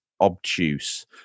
obtuse